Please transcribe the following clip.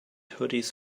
hoodies